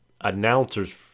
announcers